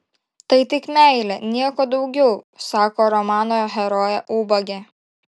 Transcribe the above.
tai tik meilė nieko daugiau sako romano herojė ubagė